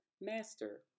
Master